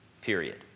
period